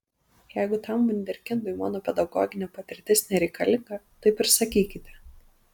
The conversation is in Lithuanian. jeigu tam vunderkindui mano pedagoginė patirtis nereikalinga taip ir sakykite